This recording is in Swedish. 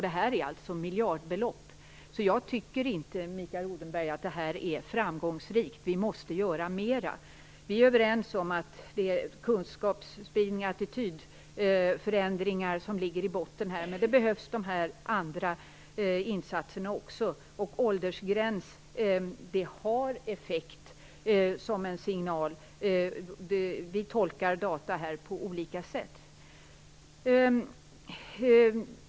Det rör sig om miljardbelopp. Jag tycker därför inte, Mikael Odenberg, att det här är framgångsrikt. Vi måste göra mera. Vi är överens om att det handlar om att sprida kunskap och att det behövs attitydförändringar. Men också andra insatser behövs. En åldersgräns har effekt som en signal. Vi tolkar data på olika sätt.